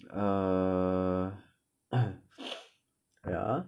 err wait ah